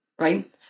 right